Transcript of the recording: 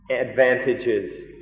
advantages